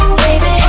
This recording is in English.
baby